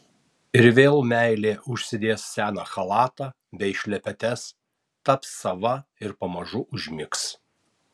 ir vėl meilė užsidės seną chalatą bei šlepetes taps sava ir pamažu užmigs